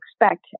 expect